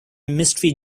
mystery